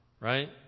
right